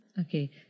Okay